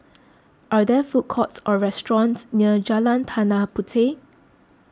are there food courts or restaurants near Jalan Tanah Puteh